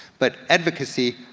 but advocacy,